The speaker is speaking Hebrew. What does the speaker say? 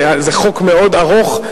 זה חוק מאוד ארוך.